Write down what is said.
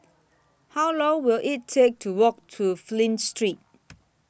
How Long Will IT Take to Walk to Flint Street